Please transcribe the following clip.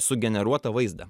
sugeneruotą vaizdą